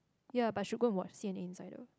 ya but should go and watch C_N_A insider